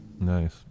Nice